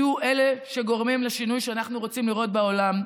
תהיו אלה שגורמים לשינוי שאנחנו רוצים לראות בעולם,